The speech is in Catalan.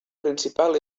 principal